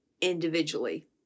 individually